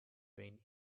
been